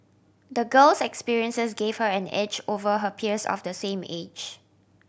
the girl's experiences gave her an edge over her peers of the same age